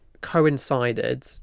coincided